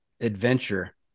adventure